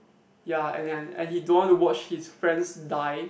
ya and then and he don't want to watch his friends die